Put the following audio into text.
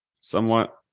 somewhat